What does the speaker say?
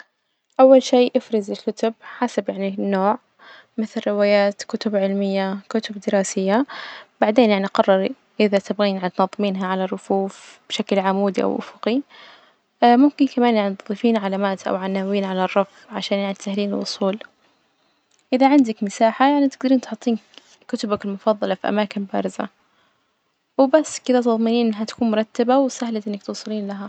أول شي إفرزي الكتب حسب يعني النوع مثل روايات، كتب علمية، كتب دراسية، بعدين يعني قرري إذا تبغين يعني تنظمينها على الرفوف بشكل عامودي أو أفقي ممكن كمان يعني تضيفين علامات أو عناوين على الرف عشان يعني تسهلين الوصول، إذا عندك مساحة يعني تجدرين تحطين كتبك المفضلة في أماكن بارزة، وبس كذا تظمنين إنها تكون مرتبة وسهلة إنك توصلين لها.